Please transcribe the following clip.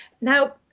Now